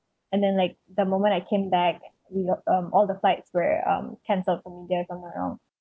and then like the moment I came back we um all the flights were um cancelled from india somewhere else